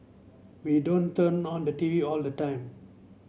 we don't turn on the T V all the time